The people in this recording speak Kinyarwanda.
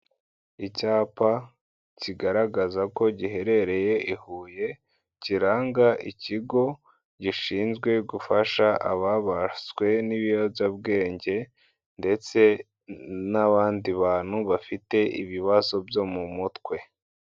Icyapa kigaragaza ko giherereye i Huye, kiranga ikigo gishinzwe gufasha ababaswe n'ibiyobyabwenge ndetse n'abandi bantu bafite ibibazo byo mu mutwe.